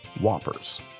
Whoppers